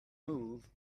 move